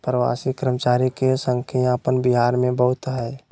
प्रवासी कर्मचारी के संख्या अपन बिहार में बहुत हइ